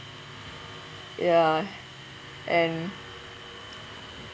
ya and